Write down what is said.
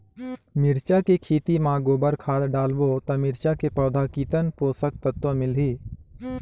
मिरचा के खेती मां गोबर खाद डालबो ता मिरचा के पौधा कितन पोषक तत्व मिलही?